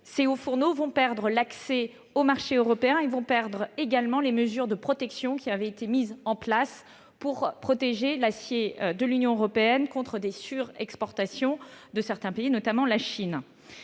ces hauts fourneaux vont perdre l'accès au marché européen et ne bénéficieront plus des mesures de protection qui avaient été mises en place pour protéger l'acier de l'Union européenne contre des sur-exportations de certains pays, notamment la Chine.